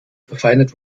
verfeinert